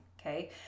Okay